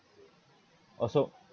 also